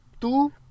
Tu